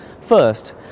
first